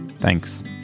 Thanks